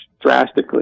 drastically